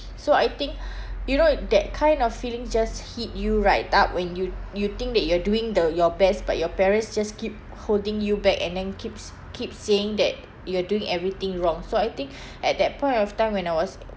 so I think you know that kind of feeling just hit you right up when you you think that you're doing the your best but your parents just keep holding you back and then keeps keep saying that you're doing everything wrong so I think at that point of time when I was